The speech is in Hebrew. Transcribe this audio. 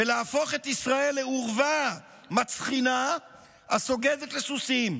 ולהפוך את ישראל לאורווה מצחינה הסוגדת לסוסים.